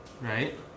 right